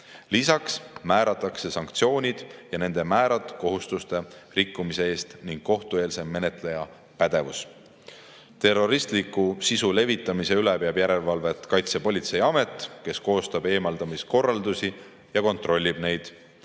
Lisaks määratakse sanktsioonid ja nende määrad kohustuste rikkumise eest ning kohtueelse menetleja pädevus. Terroristliku sisu levitamise üle peab järelevalvet Kaitsepolitseiamet, kes koostab eemaldamiskorraldusi ja kontrollib nende